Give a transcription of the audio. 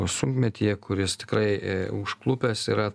sunkmetyje kuris tikrai užklupęs yra